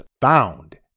found